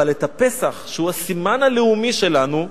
אבל את הפסח, שהוא הסימן הלאומי שלנו,